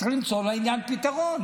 צריך למצוא לעניין פתרון.